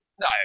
no